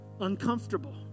uncomfortable